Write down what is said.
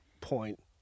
point